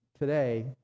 today